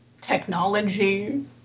technology